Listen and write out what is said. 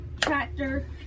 tractor